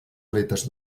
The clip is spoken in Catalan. aletes